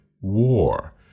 war